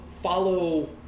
follow